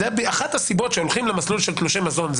אחת הסיבות שהולכים למסלול של תלושי מזון היא